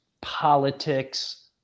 politics